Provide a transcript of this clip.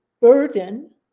burden